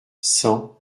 cent